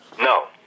No